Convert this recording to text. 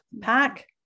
pack